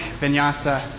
vinyasa